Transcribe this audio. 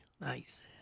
Nice